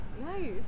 Nice